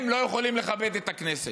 הם לא יכולים לכבד את הכנסת.